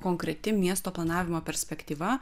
konkreti miesto planavimo perspektyva